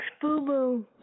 boo-boo